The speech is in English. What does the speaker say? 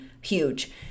huge